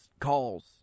calls